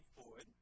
forward